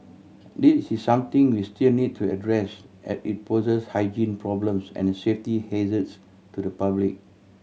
this is something we still need to address as it poses hygiene problems and safety hazards to the public